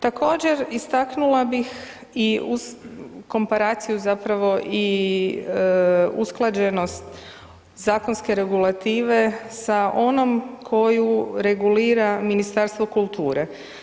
Također istaknula bih i uz komparaciju zapravo i usklađenost zakonske regulative sa onom koju regulira Ministarstvo kulture.